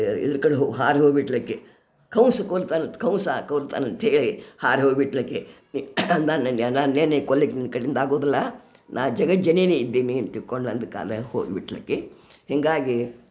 ಇದರ್ಕಡೆ ಹೊ ಹಾರಿ ಹೋಗ್ಬಿಟ್ಳಾಕೆ ಕಂಸ ಕೊಲ್ತಾನಂತ ಕಂಸ ಕೊಲ್ತಾನಂತ ಹೇಳಿ ಹಾರಿ ಹೋಗಿ ಬಿಟ್ಳಾಕೆ ನಾನೇನೆ ನಾನೇನೆ ಕೊಲ್ಲಲಿಕ್ಕೆ ನಿನ್ಕಡೆಯಿಂದ ಆಗೋದಿಲ್ಲ ನಾ ಜಗದ ಜನನಿ ಇದ್ದೀನಿ ಅಂತ ತಿಕ್ಕೊಂಡು ಹೋಗ್ಬಿಟ್ಳು ಆಕಿ ಹೀಗಾಗಿ